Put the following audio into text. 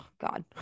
god